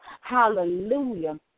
Hallelujah